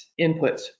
inputs